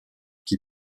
qui